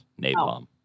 Napalm